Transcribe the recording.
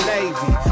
Navy